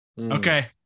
Okay